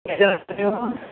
ಎಷ್ಟು ಜನ ಇರ್ತೀರಿ ನೀವು